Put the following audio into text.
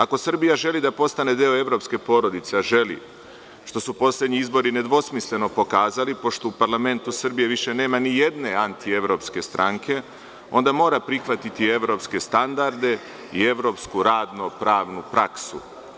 Ako Srbija želi da postane deo evropske porodice, a želi što su poslednji izbori nedvosmisleno pokazali, pošto u parlamentu Srbije više nema nijedne antievropske stranke, onda mora prihvatiti evropske standarde i evropsku radno-pravnu praksu.